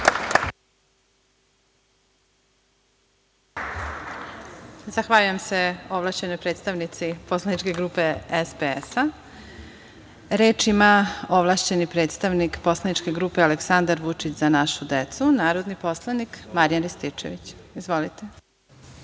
Zahvaljujem se ovlašćenoj predstavnici Poslaničke grupe SPS.Reč ima ovlašćeni predstavnik Poslaničke grupe Aleksandar Vučić - Za našu decu, narodni poslanik Marijan Rističević. Izvolite.